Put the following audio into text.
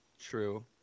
True